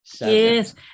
Yes